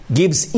gives